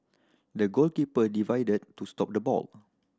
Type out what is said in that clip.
the goalkeeper divided to stop the ball